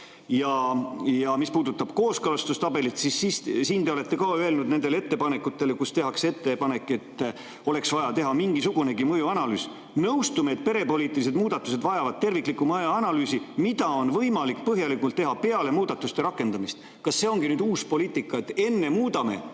Ja mis puudutab kooskõlastustabelit, siis siin te olete öelnud ettepanekute kohta, et oleks vaja teha mingisugunegi mõjuanalüüs: "Nõustume, et perepoliitilised muudatused vajavad terviklikku mõjuanalüüsi, mida on võimalik põhjalikumalt teha peale muudatuste rakendumist." Kas see ongi nüüd uus poliitika, et niivõrd